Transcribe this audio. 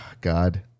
God